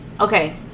okay